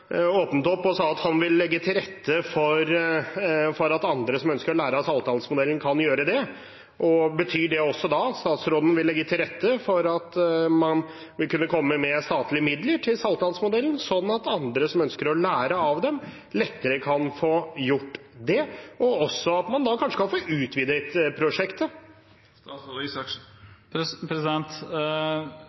opp og sa at han vil legge til rette for at andre som ønsker å lære av Saltdalsmodellen, kan gjøre det. Betyr det også at statsråden vil legge til rette for at man vil kunne komme med statlige midler til Saltdalsmodellen, sånn at andre som ønsker å lære av dem, lettere kan få gjort det, og også at man kanskje kan få utvidet prosjektet?